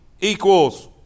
equals